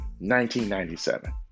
1997